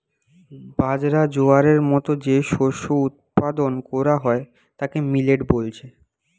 বাজরা, জোয়ারের মতো যে শস্য উৎপাদন কোরা হয় তাকে মিলেট বলছে